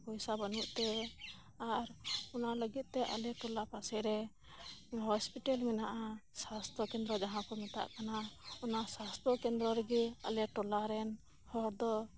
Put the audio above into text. ᱴᱟᱠᱟᱯᱚᱭᱥᱟ ᱵᱟᱱᱩᱜ ᱛᱮ ᱟᱨ ᱚᱱᱟ ᱞᱟᱜᱤᱫ ᱛᱮ ᱟᱞᱮ ᱴᱚᱞᱟ ᱯᱟᱥᱮᱨᱮ ᱦᱚᱥᱯᱤᱴᱮᱞ ᱢᱮᱱᱟᱜᱼᱟ ᱥᱟᱥᱛᱷᱚ ᱠᱮᱱᱫᱨᱚ ᱡᱟᱦᱟᱸ ᱠᱚ ᱢᱮᱛᱟᱜ ᱠᱟᱱᱟ ᱚᱱᱟ ᱥᱟᱥᱛᱷᱚ ᱠᱮᱱᱫᱨᱚᱨᱮᱜᱮᱟᱞᱮ ᱴᱚᱞᱟ ᱨᱮᱱ ᱦᱚᱲ ᱫᱚ